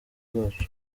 zacu